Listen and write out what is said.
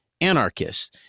anarchists